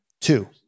Two